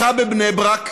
אצלך בבני-ברק.